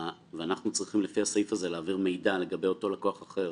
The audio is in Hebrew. ואנחנו צריכים לפי הסעיף הזה להעביר מידע לגבי אותו לקוח אחר